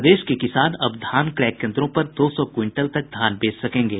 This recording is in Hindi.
प्रदेश के किसान अब धान क्रय केन्द्रों पर दो सौ क्विंटल तक धान बेच सकेंगे